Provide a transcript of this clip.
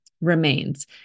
remains